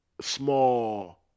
small